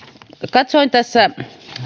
katsoin tässä